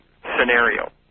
scenario